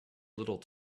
little